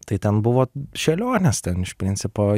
tai ten buvo šėlionės ten iš principo